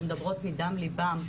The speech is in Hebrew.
שמדברות מדם ליבן.